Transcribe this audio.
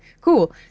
cool